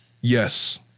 yes